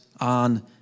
on